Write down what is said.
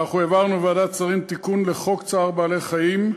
העברנו לוועדת שרים תיקון לחוק צער בעלי-חיים,